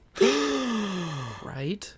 right